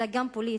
אלא גם פוליטית,